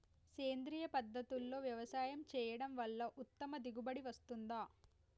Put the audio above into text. సేంద్రీయ పద్ధతుల్లో వ్యవసాయం చేయడం వల్ల ఉత్తమ దిగుబడి వస్తుందా?